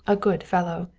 a good fellow.